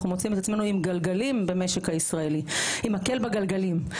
מוצאים את עצמנו עם גלגלים במשק הישראלי עם מקל בגלגלים.